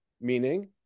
meaning